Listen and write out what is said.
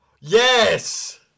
Yes